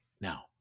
now